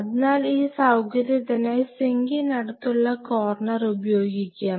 അതിനാൽ ഈ സൌകര്യത്തിനായി സിങ്കിനടുത്തുള്ള കോർണർ ഉപയോഗിക്കാം